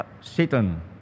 Satan